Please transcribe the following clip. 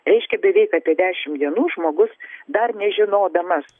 reiškia beveik apie dešim dienų žmogus dar nežinodamas